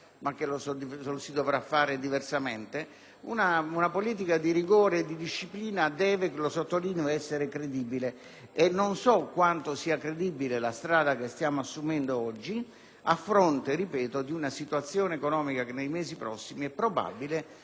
ma che lo si dovrà fare diversamente? Sappiamo che una politica di rigore e disciplina deve - lo sottolineo - essere credibile. Non so quanto sia credibile la strada che stiamo imboccando oggi a fronte - ripeto - di una situazione economica che nei mesi prossimi probabilmente